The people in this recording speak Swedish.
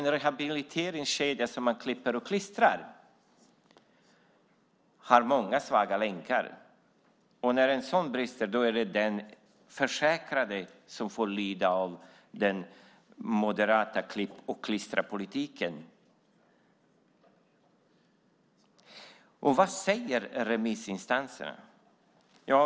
En rehabiliteringskedja som man klipper och klistrar ihop har många svaga länkar, och när den brister är det den försäkrade som får lida för den moderata klippa-och-klistra-politiken. Vad säger remissinstanserna?